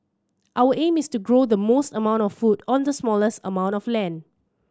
our aim is to grow the most amount of food on the smallest amount of land